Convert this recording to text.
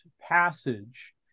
passage